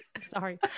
Sorry